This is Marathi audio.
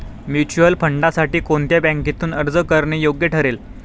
म्युच्युअल फंडांसाठी कोणत्या बँकेतून अर्ज करणे योग्य ठरेल?